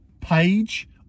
page